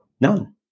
None